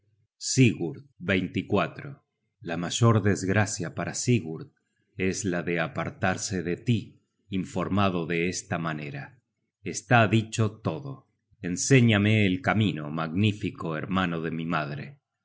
sigurd la mayor desgracia para sigurd es la de apartarse de tí informado de esta manera está dicho todo enséñame el camino magnífico hermano de mi madre